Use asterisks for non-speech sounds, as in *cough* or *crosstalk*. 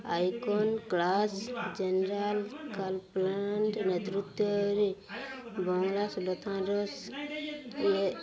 icon class general କଲ୍ପଣ୍ଟ ନେତୃତ୍ୱରେ ବଙ୍ଗଳା *unintelligible*